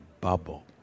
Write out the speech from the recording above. bubble